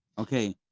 okay